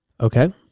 Okay